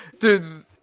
Dude